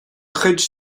chuid